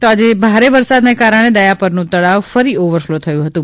તો આજે ભારે વરસાદને કારણે દયાપરનું તળાવ ફરી ઓવરફલો થયું હતું